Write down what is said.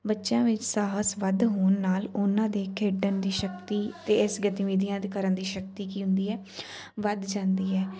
ਬੱਚਿਆਂ ਵਿੱਚ ਸਾਹਸ ਵੱਧ ਹੋਣ ਨਾਲ ਉਹਨਾਂ ਦੇ ਖੇਡਣ ਦੀ ਸ਼ਕਤੀ ਅਤੇ ਇਸ ਗਤੀਵਿਧੀਆਂ ਦੇ ਕਰਨ ਦੀ ਸ਼ਕਤੀ ਕੀ ਹੁੰਦੀ ਹੈ ਵੱਧ ਜਾਂਦੀ ਹੈ